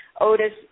Otis